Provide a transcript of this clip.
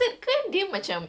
oh